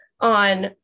on